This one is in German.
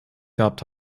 gehabt